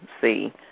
see